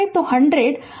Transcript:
तो 100 तो RN 50